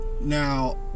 Now